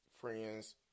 friend's